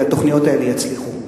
כי התוכניות האלה יצליחו,